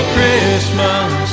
Christmas